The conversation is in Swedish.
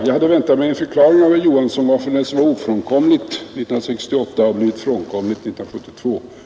Jag hade hoppats på en förklaring av herr Johansson, varför det som var ofrånkomligt 1968 har blivit frånkomligt 1972.